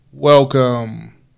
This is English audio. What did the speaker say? Welcome